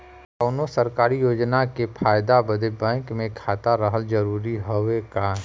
कौनो सरकारी योजना के फायदा बदे बैंक मे खाता रहल जरूरी हवे का?